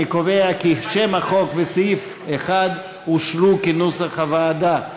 אני קובע כי שם החוק וסעיף 1 אושרו כנוסח הוועדה.